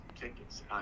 tickets